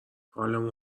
حالمون